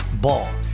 Ball